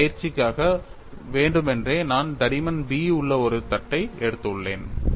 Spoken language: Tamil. இந்த பயிற்சிக்காக வேண்டுமென்றே நான் தடிமன் B உள்ள ஒரு தட்டை எடுத்துள்ளேன்